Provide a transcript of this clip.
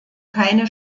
keine